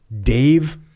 Dave